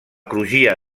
crugia